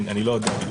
אני לא יודע.